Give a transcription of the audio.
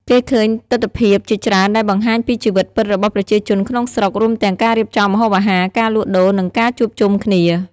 គេឃើញទិដ្ឋភាពជាច្រើនដែលបង្ហាញពីជីវិតពិតរបស់ប្រជាជនក្នុងស្រុក រួមទាំងការរៀបចំម្ហូបអាហារ ការលក់ដូរ និងការជួបជុំគ្នា។